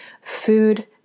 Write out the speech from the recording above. Food